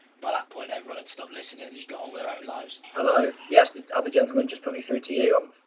by that point, everyone had stopped listening and just got on with their own lives. hello? yes, the other gentleman just put me you, i'm.